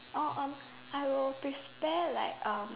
orh um I would prepare like um